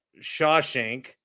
Shawshank